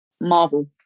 Marvel